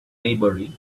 maybury